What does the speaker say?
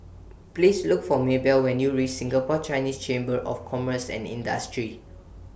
Please Look For Mabell when YOU REACH Singapore Chinese Chamber of Commerce and Industry